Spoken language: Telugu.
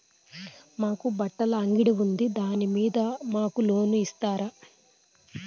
మాకు బట్టలు అంగడి ఉంది దాని మీద మాకు లోను ఇస్తారా